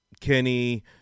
Kenny